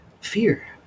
Fear